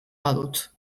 badut